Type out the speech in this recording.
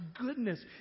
goodness